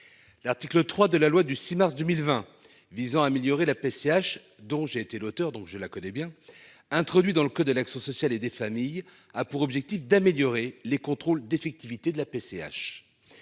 L'article 3 de la loi du 6 mars 2020, visant à améliorer la PCH dont j'ai été l'auteur donc je la connais bien introduit dans le code de l'ex-sociale et des familles a pour objectif d'améliorer les contrôles d'effectivité de la PCH.